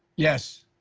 yes.